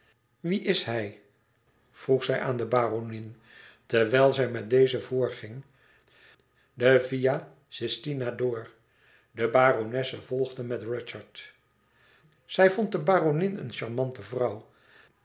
wie is hij vroeg zij aan de baronin terwijl zij met deze voorging de via sistina door de baronesse volgde met rudyard zij vond de baronin een charmante vrouw